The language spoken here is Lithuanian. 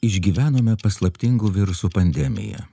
išgyvenome paslaptingo viruso pandemiją